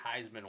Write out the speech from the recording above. Heisman